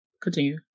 continue